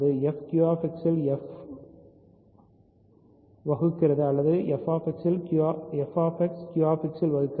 f q x இல் f வகுக்கிறது அல்லது Fகியூ எக்ஸில் வகுக்கிறது